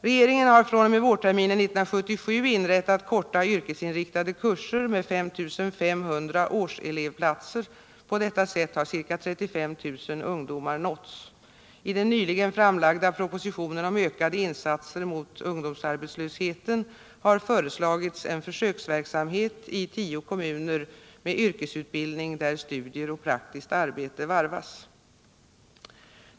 Regeringen har fr.o.m. vårterminen 1977 inrättat korta yrkesinriktade kurser med 5 500 årselev platser; på detta sätt har ca 35 000 ungdomar nåtts. I den nyligen framlagda propositionen om ökade insatser mot ungdomsarbetslösheten har föreslagits en försöksverksamhet i tio kommuner med yrkesutbildning, där studier och praktiskt arbete varvas.